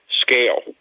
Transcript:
scale